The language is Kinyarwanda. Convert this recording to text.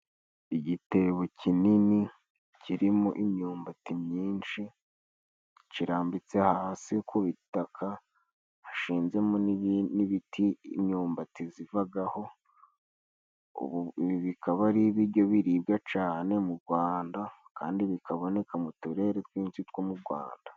igitebo kinini kirimo imyumbati myinshi cirambitse hasi ku bitaka, hashinzemo n'ibiti imyumbati zivagaho, bikaba ari ibijyo biribwa cane mu Gwanda kandi bikaboneka mu turere twinshi two mu Gwanda.